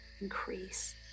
increase